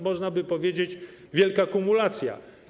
Można by powiedzieć: wielka kumulacja.